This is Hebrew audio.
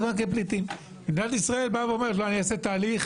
מדינת ישראל אומרת: אני אעשה תהליך,